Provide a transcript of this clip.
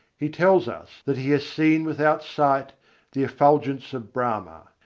he tells us that he has seen without sight the effulgence of brahma,